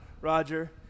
Roger